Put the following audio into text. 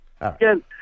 Again